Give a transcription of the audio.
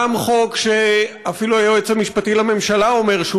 גם חוק שאפילו היועץ המשפטי לממשלה אומר שהוא